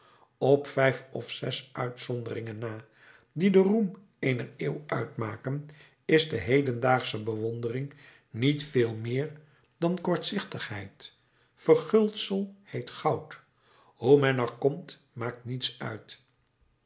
op vijf of zes uitzonderingen na die den roem eener eeuw uitmaken is de hedendaagsche bewondering niet veel meer dan kortzichtigheid verguldsel heet goud hoe men er komt maakt niets uit